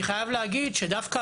אני חייב להגיד שדווקא